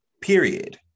period